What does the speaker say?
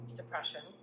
depression